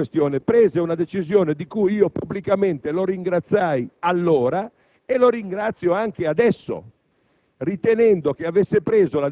Il presidente Pera, esaminata la questione, prese una decisione di cui pubblicamente lo ringraziai allora e lo ringrazio anche adesso, ritenendo che fosse quella